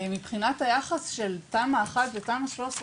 מבחינת היחס של תמ"א 1 ושל תמ"א 6/13,